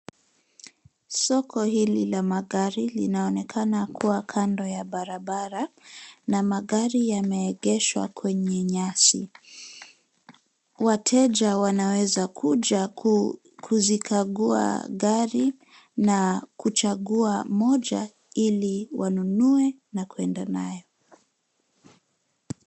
Soko hili la magari linaonekana kuwa kando ya barabara na magari yameegeshwa kwenye nyasi. Wateja wanaweza kuja kuzikagua gari na kuchagua moja ili wanunue na kuenda nayo.